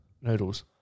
noodles